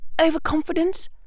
Overconfidence